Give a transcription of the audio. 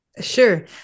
Sure